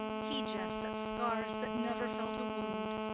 he jests at scars that never felt a wound.